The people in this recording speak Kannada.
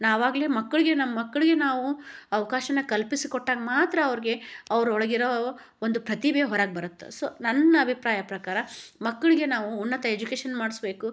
ನಾವಾಗಲೀ ಮಕ್ಕಳಿಗೆ ನಮ್ಮ ಮಕ್ಕಳಿಗೆ ನಾವು ಅವಕಾಶನ ಕಲ್ಪಿಸಿ ಕೊಟ್ಟಾಗ ಮಾತ್ರ ಅವ್ರಿಗೆ ಅವ್ರ ಒಳಗಿರೋ ಒಂದು ಪ್ರತಿಭೆ ಹೊರಗೆ ಬರತ್ತೆ ಸೊ ನನ್ನ ಅಭಿಪ್ರಾಯ ಪ್ರಕಾರ ಮಕ್ಕಳಿಗೆ ನಾವು ಉನ್ನತ ಎಜುಕೇಶನ್ ಮಾಡಿಸ್ಬೇಕು